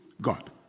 God